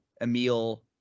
Emil